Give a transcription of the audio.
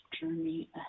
journey